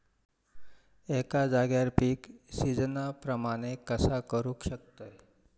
एका जाग्यार पीक सिजना प्रमाणे कसा करुक शकतय?